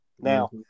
Now